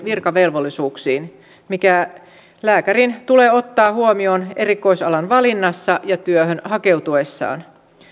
virkavelvollisuuksiin mikä lääkärin tulee ottaa huomioon erikoisalan valinnassa ja työhön hakeutuessaan